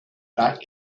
like